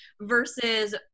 versus